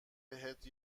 بهت